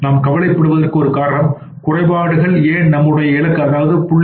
நாம் கவலைப்படுவதற்கு ஒரு காரணம்குறைபாடுகள் ஏன் நம்முடைய இலக்குக்கு 0